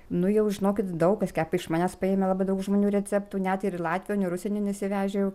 nu jau žinokit daug kas kepa iš manęs paėmę labai daug žmonių receptų net ir i latvijon ir užsienin išsivežę jau